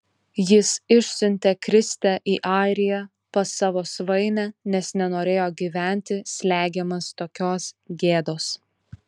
jis išsiuntė kristę į airiją pas savo svainę nes nenorėjo gyventi slegiamas tokios gėdos